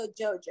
Jojo